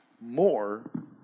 more